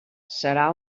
serà